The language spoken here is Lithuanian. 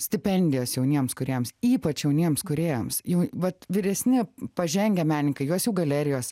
stipendijos jauniems kūrėjams ypač jauniems kūrėjams jau vat vyresni pažengę menininkai juos galerijos